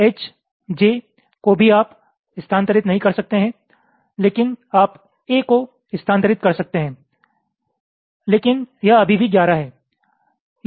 H J को भी आप स्थानांतरित नहीं कर सकते हैं लेकिन आप A को स्थानांतरित कर सकते हैं लेकिन यह अभी भी 11 है यह कम नहीं होता है